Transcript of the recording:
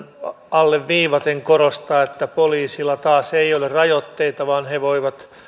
alleviivaten korostaa että poliisilla taas ei ole rajoitteita vaan he voivat